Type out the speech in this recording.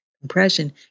compression